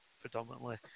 predominantly